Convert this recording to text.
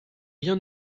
rien